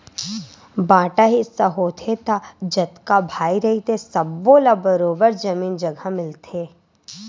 बांटा हिस्सा होथे त जतका भाई रहिथे सब्बो ल बरोबर जमीन जघा मिलथे